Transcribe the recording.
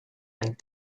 and